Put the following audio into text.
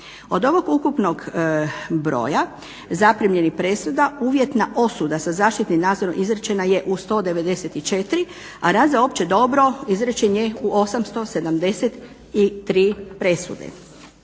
Od ovog ukupnog broja zaprimljenih presuda uvjetna osuda sa zaštitnim nadzorom izrečena je u 194, a rad za opće dobro izrečen je u 873 presude.